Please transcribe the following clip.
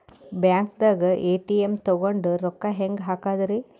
ಬ್ಯಾಂಕ್ದಾಗ ಎ.ಟಿ.ಎಂ ತಗೊಂಡ್ ರೊಕ್ಕ ಹೆಂಗ್ ಹಾಕದ್ರಿ?